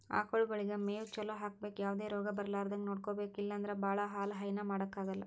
ಆಕಳಗೊಳಿಗ್ ಮೇವ್ ಚಲೋ ಹಾಕ್ಬೇಕ್ ಯಾವದೇ ರೋಗ್ ಬರಲಾರದಂಗ್ ನೋಡ್ಕೊಬೆಕ್ ಇಲ್ಲಂದ್ರ ಭಾಳ ಹಾಲ್ ಹೈನಾ ಮಾಡಕ್ಕಾಗಲ್